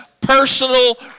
personal